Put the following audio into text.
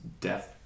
death